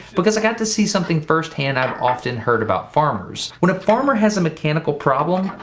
because i got to see something firsthand i've often heard about farmers. when a farmer has a mechanical problem,